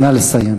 נא לסיים.